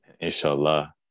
Inshallah